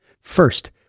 First